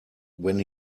when